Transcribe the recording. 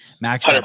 max